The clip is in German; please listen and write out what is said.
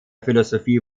philosophie